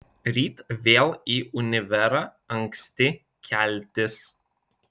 ryt vėl į univerą anksti keltis